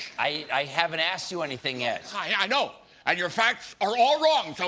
i i haven't asked you anything yet. i know, and your facts are all wrong. so